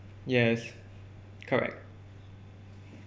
yes correct